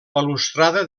balustrada